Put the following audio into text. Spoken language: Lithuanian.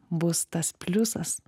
bus tas pliusas